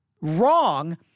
wrong